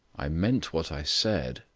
i meant what i said,